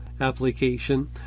application